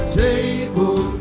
table